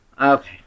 Okay